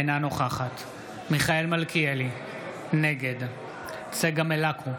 אינה נוכחת מיכאל מלכיאלי, נגד צגה מלקו,